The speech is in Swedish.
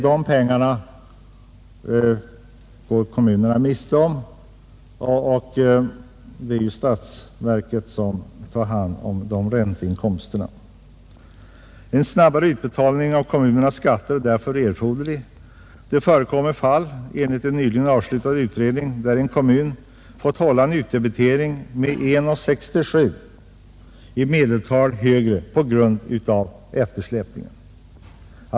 Dessa pengar går kommunerna miste om; det är ju statsverket som tar hand om ränteinkomsterna. En snabbare utbetalning av kommunernas skattemedel är därför erforderlig. Enligt en nyligen avslutad utredning har fall förekommit där en kommun fått hålla en högre utdebitering med i medeltal 1:67 på grund av eftersläpningen.